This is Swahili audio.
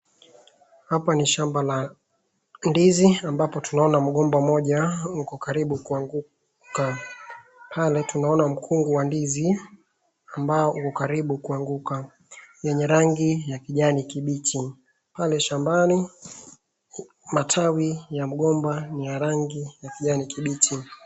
Hapa ni shamba la ndizi ambapo tunaona mgomba mmoja uko karibu kuanguka pale tunaona mkungu wa ndizi ambao uko karibu kuanguka yenye rangi ya kijani kibichi pala shambani matawi ya mgomba ni ya rangi kijani kibichi.